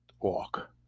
walk